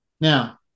Now